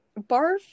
Barf